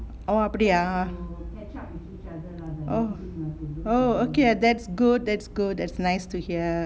oh oh oh okay that's good that's good that's nice to hear